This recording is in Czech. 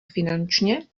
finančně